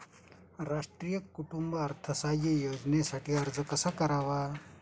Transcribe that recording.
राष्ट्रीय कुटुंब अर्थसहाय्य योजनेसाठी अर्ज कसा करावा?